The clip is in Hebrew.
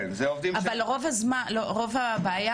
אבל רוב הבעיה